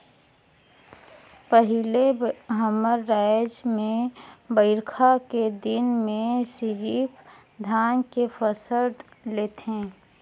पहिले हमर रायज में बईरखा के दिन में सिरिफ धान के फसल लेथे